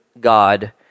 God